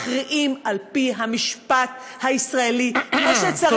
מכריעים על-פי המשפט הישראלי כמו שצריך.